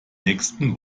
nächsten